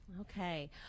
okay